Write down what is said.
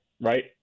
right